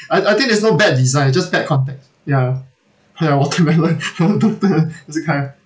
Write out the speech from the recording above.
I I think there's no bad design just bad context ya ya watermelon watermelon is it kind